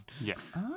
Yes